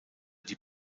die